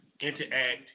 interact